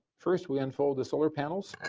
first we unfold the solar panels.